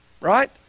right